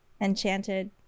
enchanted